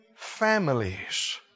families